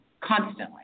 constantly